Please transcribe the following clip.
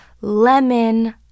lemon